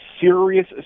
serious